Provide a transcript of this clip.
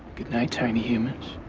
good night, tiny humans.